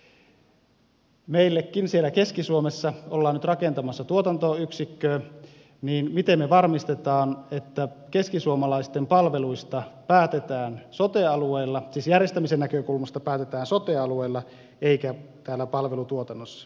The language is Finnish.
kun meillekin siellä keski suomessa ollaan nyt rakentamassa tuotantoyksikköä niin miten me varmistamme että keskisuomalaisten palveluista päätetään sote alueella siis järjestämisen näkökulmasta päätetään sote alueella eikä täällä palvelutuotantoyksikössä